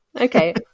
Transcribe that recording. Okay